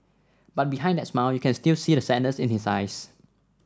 but behind that smile you can still see the sadness in his eyes